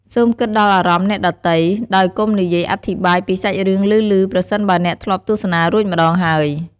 សូមគិតដល់អារម្មណ៍អ្នកដទៃ ដោយកុំនិយាយអធិប្បាយពីសាច់រឿងឮៗប្រសិនបើអ្នកធ្លាប់ទស្សនារួចម្តងហើយ។